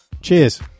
cheers